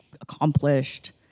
accomplished